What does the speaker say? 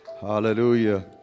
Hallelujah